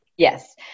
Yes